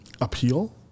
appeal